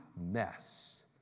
mess